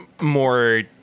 more